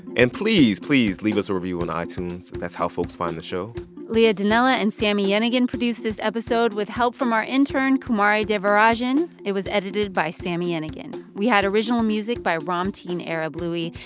and please, please leave us a review and on itunes. that's how folks find the show leah donella and sami yenigun produced this episode with help from our intern, kumari devarajan. it was edited by sami yenigun. we had original music by ramtin arablouei.